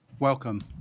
Welcome